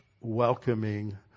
welcoming